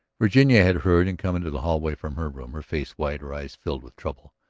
virginia had heard and came into the hallway from her room, her face white, her eyes filled with trouble.